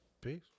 Peace